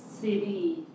city